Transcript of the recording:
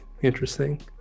interesting